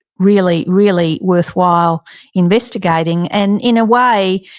really, really worthwhile investigating. and in a way,